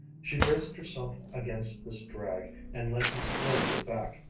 she braced herself against this drag, and led him slowly back,